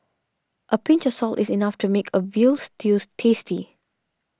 a pinch of salt is enough to make a Veal Stews tasty